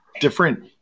different